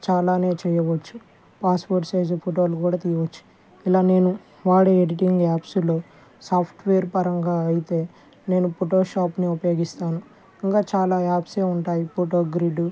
చాలానే చేయవచ్చు passport size ఫోటోలు కూడా తీయవచ్చు ఇలా నేను వాడే ఎడిటింగ్ యాప్స్ లో సాఫ్ట్ వేర్ పరంగా అయితే నేను ఫోటో షాప్ ను ఉపయోగిస్తాను ఇంకా చాలా యాప్సే ఉంటాయి ఫొటో గ్రిడ్